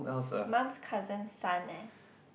mom's cousin son eh